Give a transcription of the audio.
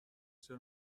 چرا